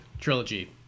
trilogy